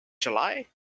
July